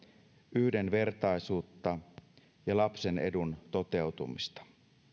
yhdenvertaisuutta ja lapsen edun toteutumista